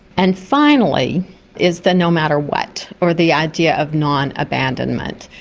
and finally is the no matter what, or the idea of non-abandonment.